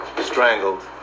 strangled